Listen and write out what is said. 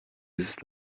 ist